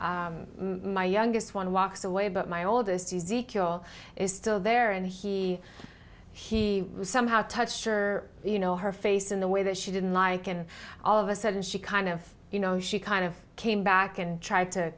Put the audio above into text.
my youngest one walks away but my oldest easy cure is still there and he he somehow touched her you know her face in the way that she didn't like and all of a sudden she kind of you know she kind of came back and tr